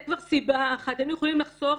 היינו יכולים לחסוך